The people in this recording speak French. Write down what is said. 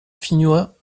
finnois